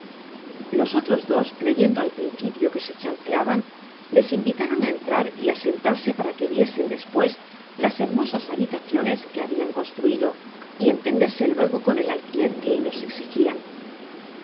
los otros dos creyendo al principio que se chanceaban les invitaron á entrar y á sentarse para que viesen despues las hermosas habitaciones que habian construido y entenderse luego con el alquiler que ellos exigian